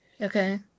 Okay